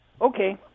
Okay